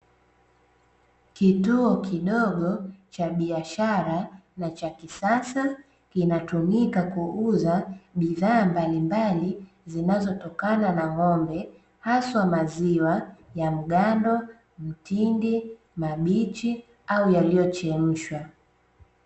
Kituo kidogo cha biashara na cha kisasa, kinatumika kuuza bidhaa mbalimbali zinazotokana na ng'ombe, haswa maziwa ya mgando, mtindi, mabichi au yaliyochemshwa.